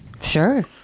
Sure